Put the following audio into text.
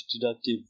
deductive